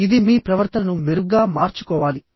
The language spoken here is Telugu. ఇది మీ ప్రవర్తనను మెరుగ్గా మార్చుకోవాలి